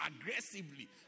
aggressively